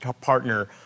partner